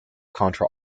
contra